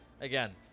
again